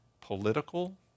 political